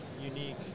unique